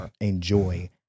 enjoy